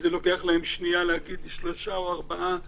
לוקח להם שנייה להגיד אם שלושה או ארבעה,